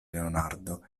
leonardo